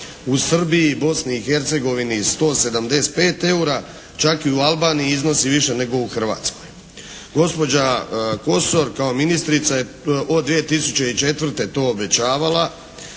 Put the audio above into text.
u Srbiji i Bosni i Hercegovini 175 EUR-a. Čak i u Albaniji iznosi više nego u Hrvatskoj. Gospođa Kosor kao ministrica je od 2004. to obećavala